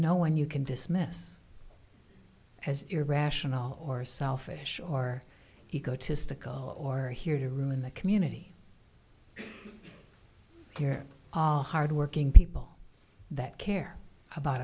no one you can dismiss as irrational or selfish or you go to stokoe or here to ruin the community you're all hardworking people that care about